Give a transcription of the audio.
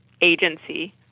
agency